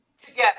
together